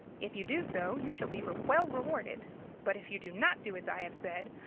if you do so, you shall be well rewarded but if you do not do as i have said,